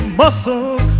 muscles